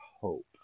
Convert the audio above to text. hope